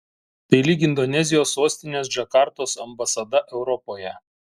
tai lyg indonezijos sostinės džakartos ambasada europoje